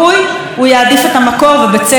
הוא משווע מאיתנו לאמירה,